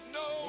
no